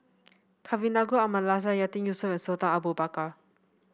Kavignareru Amallathasan Yatiman Yusof and Sultan Abu Bakar